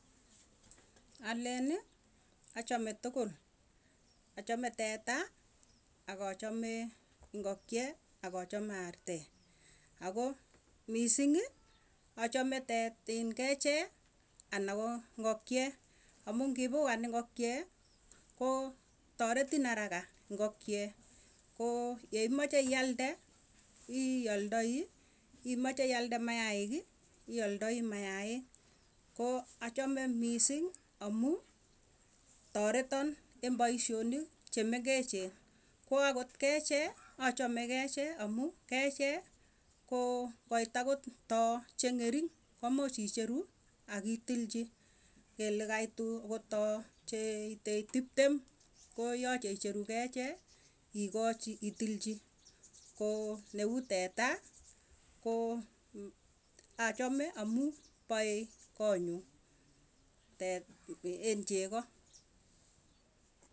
Alenii achamee tukul achame teta akachame ak achame ngokie akachame artee akoo missiingii achamee kechee ana koo ngokie amuu ngipugan ngokie koo toretin arakaa ngokie koo yeimeche ialde ialdai imeche ialde mayai koo achame missing amuu tareto ing paisyonik che mengechen ko kochee achamee kechee amuu kechee koo ngoit akot too cheng'ering kumuuch icheru ak itilchi kele kaitu akot too cheite tiptem koyache icheru kechee itilchi koo neu teta koo achame amuu paee konyuu.